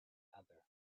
other